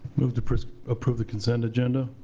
move to approve approve the consent agenda.